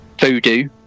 voodoo